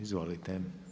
Izvolite.